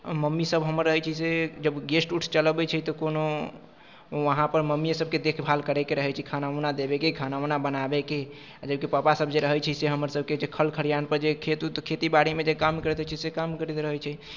मम्मीसभ हमर रहैत छै से जब गेस्ट उस्ट चलि अबैत छै तऽ कोनो वहाँपर मम्मिए सभके देखभाल करैके रहैत छै खाना उना देबैके खाना उना बनाबैके आ जबकि पापासभ जे रहैत छै से हमरसभके खेत खलिआनपर जे खेत उत खेतीबाड़ीमे जे काम करैत रहैत छै से काम करैत छै